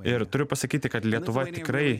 ir turiu pasakyti kad lietuva tikrai